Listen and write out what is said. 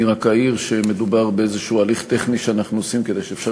אני רק אעיר שמדובר באיזה הליך טכני שאנחנו עושים כדי שאפשר